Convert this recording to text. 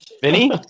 Vinny